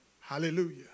hallelujah